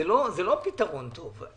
זה לא פתרון טוב.